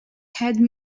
had